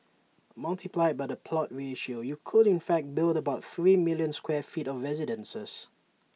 multiplied by the plot ratio you could in fact build about three million square feet of residences